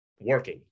working